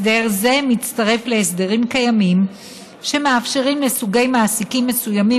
הסדר זה מתווסף להסדרים קיימים שנותנים לסוגי מעסיקים מסוימים,